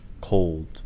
cold